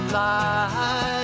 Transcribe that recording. life